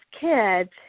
kids